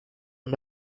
and